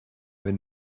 wenn